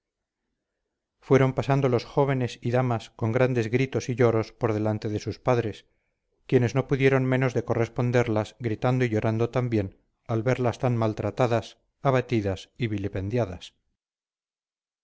fueron pasando los jóvenes y damas con grandes gritos y lloros por delante de sus padres quienes no pudieron menos de corresponderlas gritando y llorando también al verlas tan maltratadas abatidas y vilipendiadas